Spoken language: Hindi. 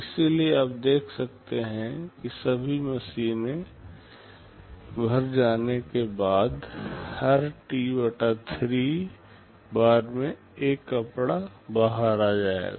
इसलिए आप देख सकते है कि सभी मशीनें भर जाने के बाद हर टी 3 बार में एक कपड़ा बाहर आ जाएगा